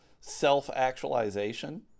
self-actualization